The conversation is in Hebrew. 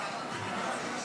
בעבר,